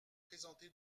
présenté